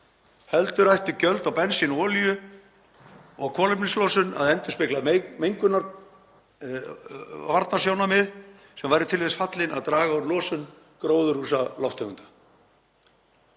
heldur ættu gjöld á bensín, olíu og kolefnislosun að endurspegla mengunarvarnasjónarmið sem væru til þess fallin að draga úr losun gróðurhúsalofttegunda